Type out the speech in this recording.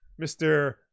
Mr